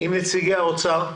עם נציגי האוצר,